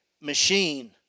machine